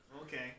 okay